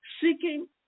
seeking